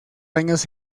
años